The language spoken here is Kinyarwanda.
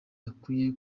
akwiye